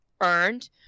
earned